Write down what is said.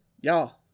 Y'all